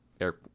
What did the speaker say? air